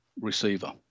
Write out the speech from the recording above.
receiver